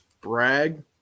brag